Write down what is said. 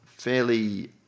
fairly